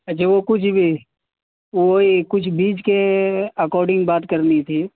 اچھا وہ کچھ بھی وہ کچھ بیچ کے اکارڈنگ بات کرنی تھی